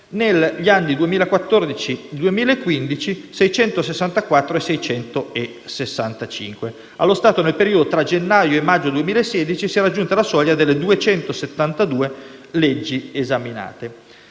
state rispettivamente 664 e 665. Allo stato, nel periodo tra gennaio e maggio del 2016 si è raggiunta la soglia delle 272 leggi esaminate.